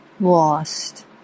lost